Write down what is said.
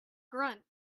grunt